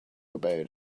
about